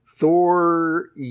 Thor